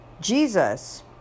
Jesus